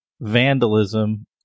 vandalism